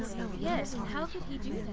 so yes. and how could he do